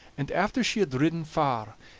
and after she had ridden far,